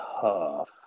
tough